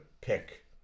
pick